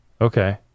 okay